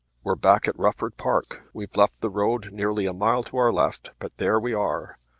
we're back at rufford park. we've left the road nearly a mile to our left, but there we are.